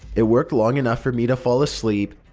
it worked long enough for me to fall asleep,